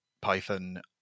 python